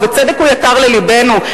ובצדק הוא יקר ללבנו,